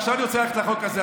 ועכשיו אני רוצה ללכת לחוק הזה,